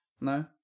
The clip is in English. No